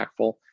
impactful